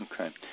Okay